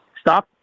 stop